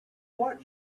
what